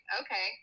okay